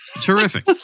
Terrific